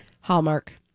hallmark